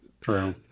True